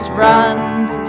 runs